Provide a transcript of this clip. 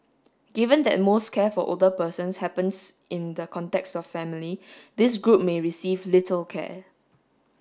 given that most care for older persons happens in the context of family this group may receive little care